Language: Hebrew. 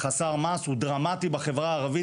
חסר מעש הוא דרמטי בחברה הערבית,